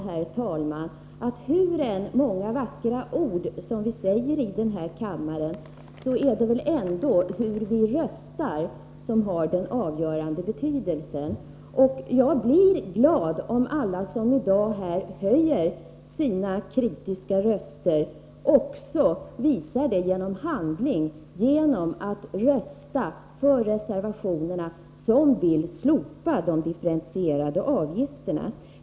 Hur många vackra ord som man än säger här i riksdagen, är det väl ändå hur man röstar som har den avgörande betydelsen. Jag blir glad om alla som i dag höjer sina kritiska röster också visar det genom handling — genom att rösta för de reservationer där man föreslår ett slopande av de differentierade vårdavgifterna.